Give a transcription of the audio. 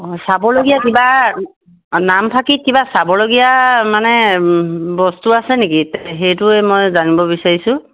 অঁ চাবলগীয়া কিবা নামফাকেত কিবা চাবলগীয়া মানে বস্তু আছে নেকি সেইটোৱে মই জানিব বিচাৰিছোঁ